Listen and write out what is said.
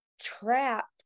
trapped